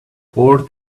port